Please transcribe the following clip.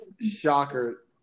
shocker